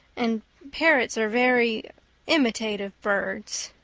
and parrots are very imitative birds.